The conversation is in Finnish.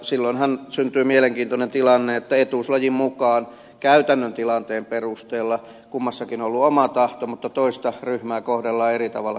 silloinhan syntyy mielenkiintoinen tilanne että etuuslajin mukaan käytännön tilanteen perusteella kummassakin on ollut oma tahto mutta toista ryhmää kohdellaan eri tavalla kuin toista